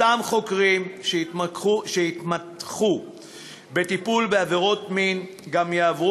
אותם חוקרים שיתמחו בטיפול בעבירות מין גם יעברו